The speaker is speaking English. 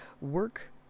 Work